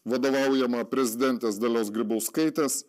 vadovaujama prezidentės dalios grybauskaitės